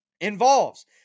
involves